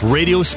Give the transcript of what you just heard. Radio